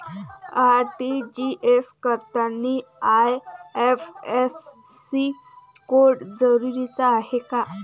RTGS करतांनी IFSC code जरुरीचा हाय का?